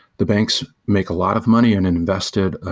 the banks make a lot of money and and invested